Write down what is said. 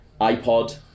iPod